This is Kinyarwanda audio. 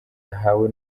ahawe